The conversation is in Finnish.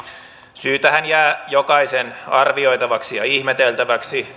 syy tähän jää jokaisen arvioitavaksi ja ihmeteltäväksi